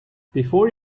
before